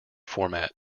format